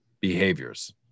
behaviors